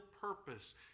purpose